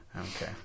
Okay